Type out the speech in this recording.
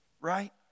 right